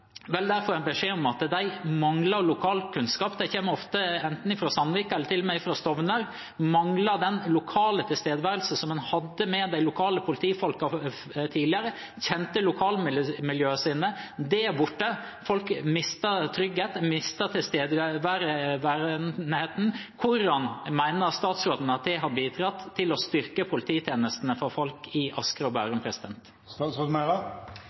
og med fra Stovner. En mangler den lokale tilstedeværelsen som en hadde med de lokale politifolkene tidligere, som kjente lokalmiljøene sine. Det er borte. Folk mister trygghet, de mister tilstedeværelsen. Hvordan mener statsråden at det har bidratt til å styrke polititjenestene for folk i Asker og